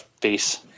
face